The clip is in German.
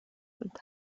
und